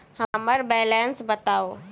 हम्मर बैलेंस बताऊ